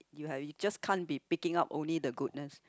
you are you just can't be picking up only the goodness